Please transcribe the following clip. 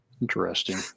Interesting